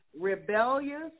Rebellious